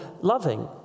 loving